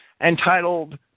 entitled